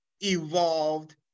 evolved